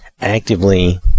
actively